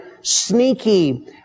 sneaky